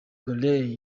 carey